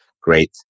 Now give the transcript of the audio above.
Great